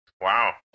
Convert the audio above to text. wow